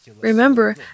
Remember